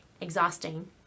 exhausting